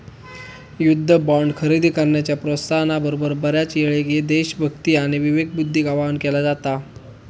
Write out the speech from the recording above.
युद्ध बॉण्ड खरेदी करण्याच्या प्रोत्साहना बरोबर, बऱ्याचयेळेक देशभक्ती आणि विवेकबुद्धीक आवाहन केला जाता